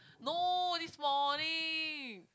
no this morning